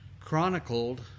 chronicled